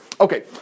Okay